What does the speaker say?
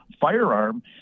firearm